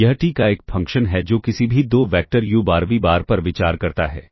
यह t का एक फंक्शन है जो किसी भी दो vector u bar v bar पर विचार करता है